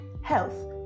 health